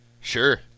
Sure